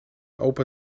opa